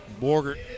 Borgert